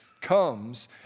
comes